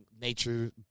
nature